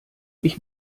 ich